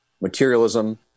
materialism